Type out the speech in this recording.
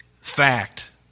fact